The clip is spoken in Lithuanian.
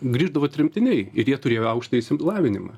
grįždavo tremtiniai ir jie turėjo aukštąjį išsilavinimą